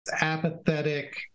apathetic